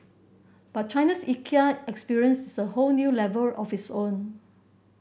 but China's Ikea experience is a whole new level of its own